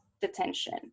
detention